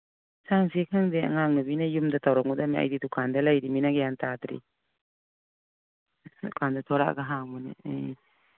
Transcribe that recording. ꯏꯟꯁꯥꯡꯁꯤ ꯈꯪꯗꯦ ꯑꯉꯥꯡ ꯅꯨꯕꯤꯅ ꯇꯧꯔꯝꯒꯗꯝꯃꯦ ꯑꯩꯗꯤ ꯗꯨꯀꯥꯟꯗ ꯂꯩꯔꯤꯝꯅꯤꯅ ꯒ꯭ꯌꯥꯟ ꯇꯥꯗ꯭ꯔꯤ ꯗꯨꯀꯥꯟ ꯊꯣꯔꯛꯑꯒ ꯍꯥꯡꯕꯅꯤ ꯑꯥ